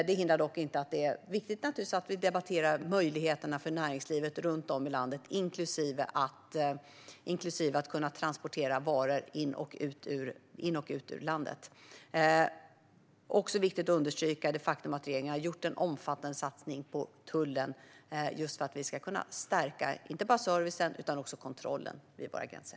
Det hindrar dock inte att vi debatterar möjligheterna för näringslivet runt om i landet, inklusive möjligheterna att transportera varor in i och ut ur landet. Det är naturligtvis viktigt. Det är också viktigt att understryka det faktum att regeringen har gjort en omfattande satsning på tullen för att stärka inte bara servicen utan också kontrollen vid våra gränser.